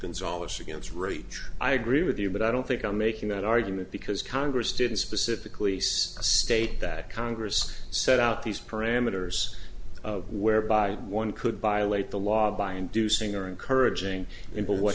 an solace against rage i agree with you but i don't think i'm making that argument because congress didn't specifically say state that congress set out these parameters of whereby one could violate the law by inducing or encouraging